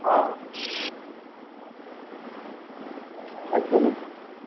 हँ सच्चेमे